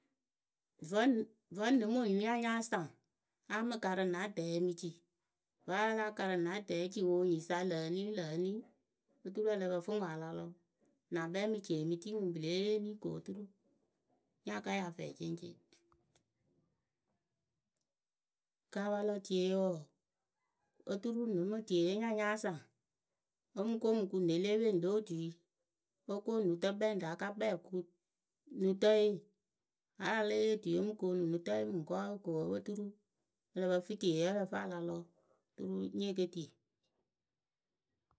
Vǝ́ ŋ nɨ mɨ ŋwɨ nya nyáa saŋ a mɨ karɨ na dɛɛ e mɨ ci, vǝ́ a láa karj na dɛɛ e ci wɨ nyiyǝ sa lǝ eni lǝ eni. oturu ǝ lǝ pǝ fɨ ŋwɨ a la lɔ la ŋkpɛ emɨ ci emɨ tii ŋwɨ pɨ lée yee eni ko oturu nya ka ya fɛɛ ceŋcɛŋ. ka pa lɔ tie wǝǝ oturu nɨ mɨ tieye nya nyáa saŋ o mɨ ko o mɨ kuŋ ne le peni lo otui o ko nutǝkpɛŋrǝ a ka kpɛŋ o kuŋ nutǝye aa lée yee tuiye o mu koonu nutǝye mɨŋkɔɔwe ko oturu ǝ lǝ pǝ fɨ tieye ǝ lǝ fɨ q la lɔ oturu nye ke tii.